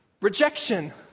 rejection